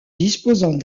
disposant